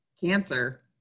cancer